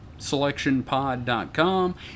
selectionpod.com